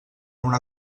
una